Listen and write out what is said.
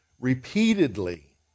repeatedly